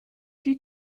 die